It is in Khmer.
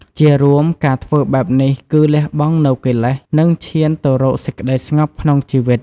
ជារួម ការធ្វើបែបនេះគឺលះបង់នូវកិលេស និងឈានទៅរកសេចក្តីស្ងប់ក្នុងជីវិត។